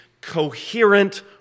coherent